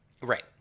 Right